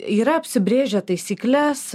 yra apsibrėžę taisykles